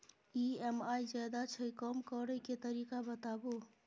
EMI ज्यादा छै कम करै के तरीका बताबू?